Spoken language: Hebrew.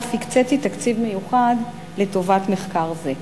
ואף הקציתי תקציב מיוחד לטובת מחקר זה.